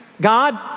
God